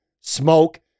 Smoke